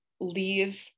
leave